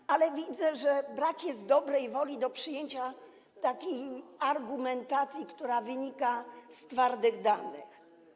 Jednak widzę, że brak jest dobrej woli do przyjęcia argumentacji, która wynika z twardych danych.